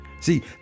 See